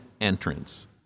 entrance